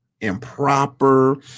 improper